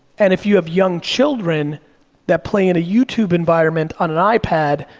and if you have young children that play in a youtube environment on an ipad,